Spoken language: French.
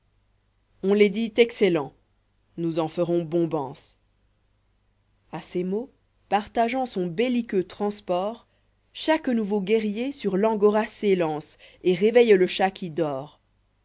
on les dit excellents nous çn ferons bombance a ces mots partageant son belliqueux transport chaque nouveau guerrier sur l'angora s'élance et réveille le chat qui dort